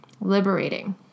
Liberating